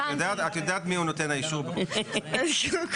את יודעת מיהו נותן האישור, כן?